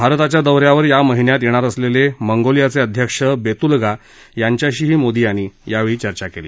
भारताच्या दौऱ्यावर या महिन्यात येणार असलेले मंगोलियाचे अध्यक्ष बेत्लगा यांच्याशीही मोदी यांनी चर्चा केली